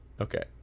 okay